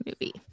movie